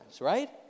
right